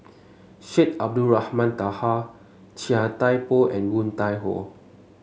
Syed Abdulrahman Taha Chia Thye Poh and Woon Tai Ho